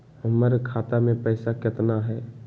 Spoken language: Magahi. हमर खाता मे पैसा केतना है?